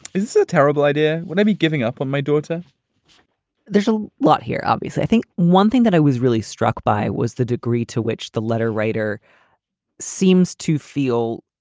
it's a terrible idea when i'd be giving up on my daughter there's a lot here obvious, obviously, i think one thing that i was really struck by was the degree to which the letter writer seems to feel.